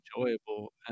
enjoyable